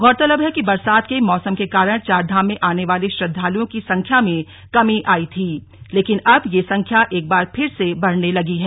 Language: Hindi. गौरतलब है कि बरसात के मौसम के कारण चारधाम में आने वाले श्रद्दालुओं की संख्या में कमी आई थी लेकिन अब यह संख्या एक बार फिर से बढ़ने लगी है